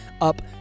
up